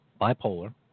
bipolar